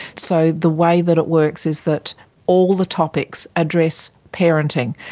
so the way that it works is that all the topics addressed parenting.